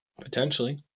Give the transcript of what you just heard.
Potentially